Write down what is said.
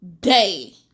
day